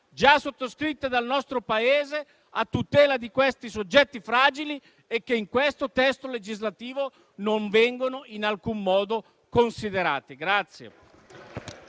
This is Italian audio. già sottoscritte dal nostro Paese, a tutela di questi soggetti fragili, e che in questo testo legislativo non vengono in alcun modo considerati.